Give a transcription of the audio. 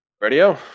Radio